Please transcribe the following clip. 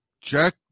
Jack